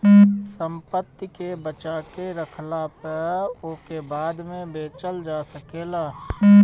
संपत्ति के बचा के रखला पअ ओके बाद में बेचल जा सकेला